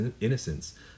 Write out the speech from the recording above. innocence